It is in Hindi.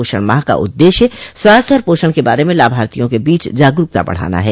पोषण माह का उद्देश्य स्वास्थ्य और पोषण के बारे में लाभार्थियों के बीच जागरूकता बढ़ाना है